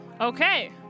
Okay